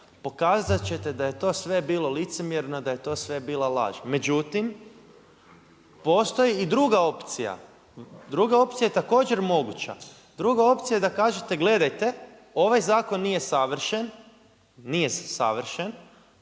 pokazat ćete da je sve to bilo licemjerno, da je to sve bila laž. Međutim, postoji i druga opcija, druga opcija je također moguća. Druga opcija je da kažete gledajte, ovaj zakon nije savršen, nije savršen,